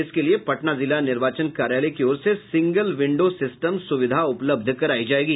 इसके लिये पटना जिला निर्वाचन कार्यालय की ओर से सिंगल विंडो सिस्टम सुविधा उपलब्ध करायी जायेगी